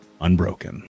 Unbroken